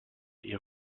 ihr